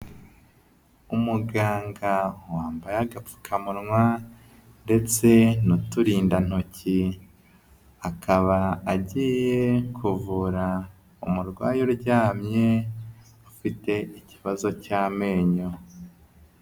Umuganga wambaye agapfukamunwa, ndetse n'uturinda ntoki, akaba agiye kuvura umurwayi uryamye ufite ikibazo cy'amenyo.